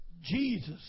Jesus